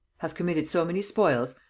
hath committed so many spoils,